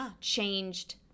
changed